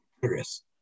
curious